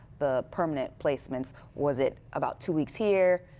the permanent placement, was it about two weeks here,